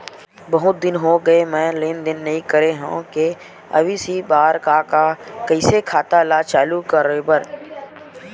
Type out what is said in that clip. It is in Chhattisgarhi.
बहुत दिन हो गए मैं लेनदेन नई करे हाव के.वाई.सी बर का का कइसे खाता ला चालू करेबर?